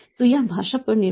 तो यह भाषा पर निर्भर है